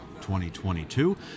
2022